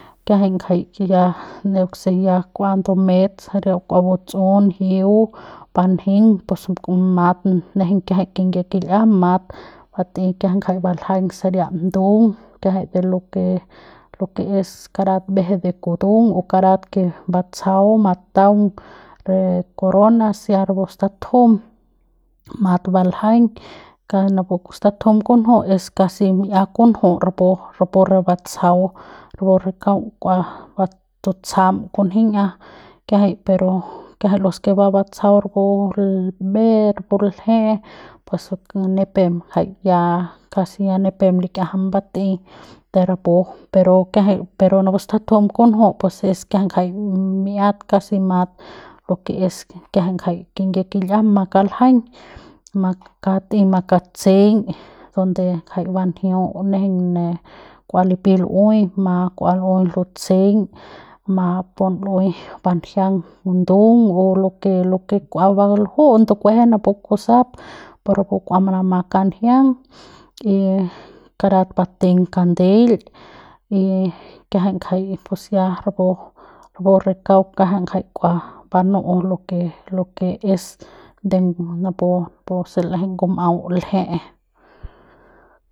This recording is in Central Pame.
Kiajay ngajay ya neuk se kua ndumet saria kua butsu'u njiut banjeiñ pus ma'at nejeiñ kiajay kinyie kil'iam mat bat'e kiajay ngajay baljaiñ saria ndung kiajay de lo que es karat mbeje de kutung o karat que batsajau mataung re coronas ya rapu statujum mat baljaiñ ka napu statujum kunju es casi mi'ia kunju rapu rapu batsajau rapu re kaung k'ua tu tsajam kunji'ia kiajay pero los que va batsajau rapu l'e rapu lje'e pus nipem jay ya casi ya nipem lik'iajam mbat'ey de rapu pero kiajay pero napu statujum kunju es kiajay ngajay mi'iat casi mat lo que es kiajay ngajay kinyie kil'iam makaljaiñ makat'ey makatseiñ donde jay banjiu nejeiñ ne kua lipiy lu'uey ma kua lu'uey lutse'eiñ ma pun lu'uey banjiang ndung o lo que kua va luju'u ndukujue napu kusap pu rapu kua manama kanjiang y karat bateiñ kandel y kiajay ngajay pus ya rapu kauk kiajay ngaja kua banu'u lo que lo que es de napu se l'eje napu ngum'au lje'e.